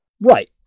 Right